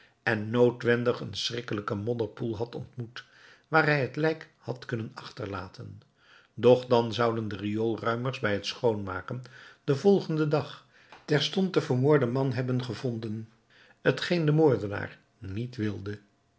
en noodwendig een schrikkelijken modderpoel had ontmoet waar hij het lijk had kunnen achterlaten doch dan zouden de rioolruimers bij t schoonmaken den volgenden dag terstond den vermoorden man hebben gevonden t geen de moordenaar niet wilde